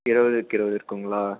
இருபதுக்கு இருபது இருக்குதுங்களா